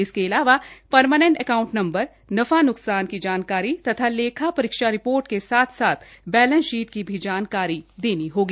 इसके अलावा permanent account number नफा न्कसान की जानकारी तथा लेखा परीक्षा रिपोर्ट के साथ साथ बलेंस शीट की भी जानकारी देनी होगी